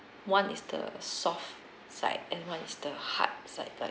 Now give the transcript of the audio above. one is the soft side and one is the hard side like